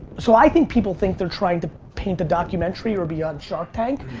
so i think people think they're trying to paint a documentary or be on shark tank,